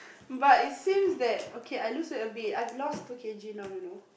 but it seems that okay I lose weight a bit I've lost two K_G now you know